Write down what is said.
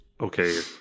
okay